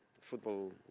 football